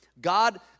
God